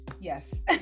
yes